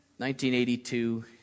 1982